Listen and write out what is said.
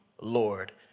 Lord